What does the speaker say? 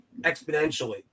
exponentially